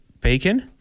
bacon